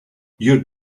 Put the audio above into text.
your